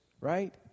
right